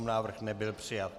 Návrh nebyl přijat.